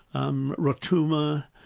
um rotuma,